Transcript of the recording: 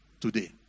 today